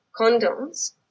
condoms